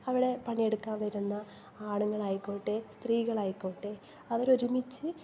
അവിടെ പണിയെടുക്കാൻ വരുന്ന ആണുങ്ങളായിക്കോട്ടെ സ്ത്രീകളായിക്കോട്ടെ അവർ ഒരുമിച്ച്